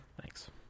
Thanks